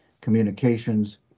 communications